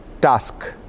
task